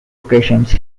occasions